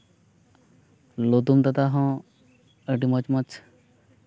ᱞᱚᱫᱚᱢ ᱫᱟᱫᱟ ᱦᱚᱸ ᱟᱹᱰᱤ ᱢᱚᱡᱽ ᱢᱚᱡᱽ